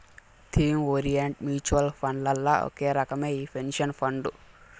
theme orient mutual ఫండ్లల్ల ఒక రకమే ఈ పెన్సన్ ఫండు